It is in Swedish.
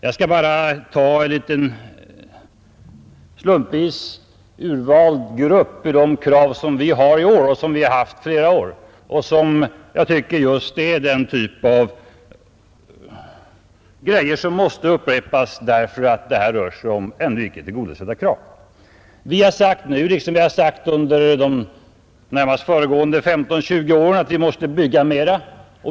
Jag skall bara ta några slumpvis utvalda exempel av de krav vi har i år och har haft i flera år och som jag tycker är just av den typen att de måste upprepas. Vi har sagt nu, som under de närmast föregående 15—20 åren, att man mäste bygga mera.